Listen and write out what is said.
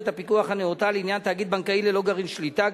הפיקוח הנאותה לעניין תאגיד בנקאי ללא גרעין שליטה.